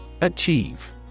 Achieve